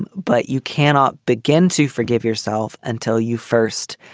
but you cannot begin to forgive yourself until you first